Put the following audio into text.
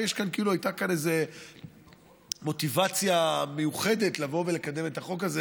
וכאילו הייתה כאן מוטיבציה מיוחדת לקדם את החוק הזה